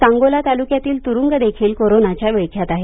सांगोला तालुक्यातील तुरुंग देखील कोरोनाच्या विळख्यात आहे